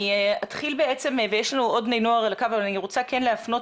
יש לנו עוד בני נוער על הקו אבל אני רוצה כן להפנות